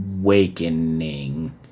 Awakening